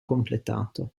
completato